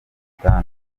gitanda